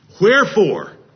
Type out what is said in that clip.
Wherefore